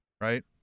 right